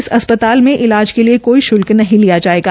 इस अस्पताल में इलाज के लिए कोई शुल्क नहीं लिया जायेगा